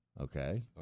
Okay